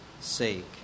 sake